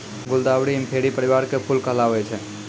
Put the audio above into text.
गुलदावरी इंफेरी परिवार के फूल कहलावै छै